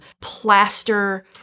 plaster